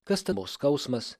kas tavo skausmas